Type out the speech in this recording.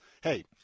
hey